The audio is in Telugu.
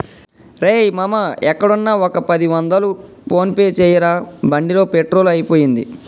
రేయ్ మామా ఎక్కడున్నా ఒక పది వందలు ఫోన్ పే చేయరా బండిలో పెట్రోల్ అయిపోయింది